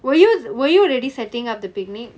were you were you already setting up the picnic